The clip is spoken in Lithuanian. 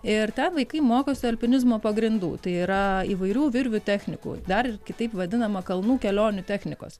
ir ten vaikai mokosi alpinizmo pagrindų tai yra įvairių virvių technikų dar kitaip vadinama kalnų kelionių technikos